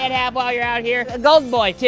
and have while you're out here? a golden boy,